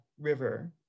River